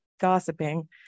gossiping